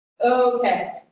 Okay